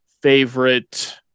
favorite